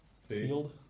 Field